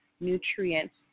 nutrients